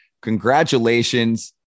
Congratulations